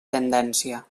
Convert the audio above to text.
tendència